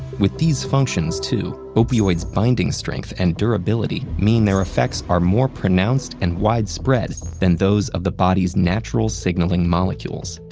with these functions, too, opioids' binding strength and durability mean their effects are more pronounced and widespread than those of the body's natural signaling molecules.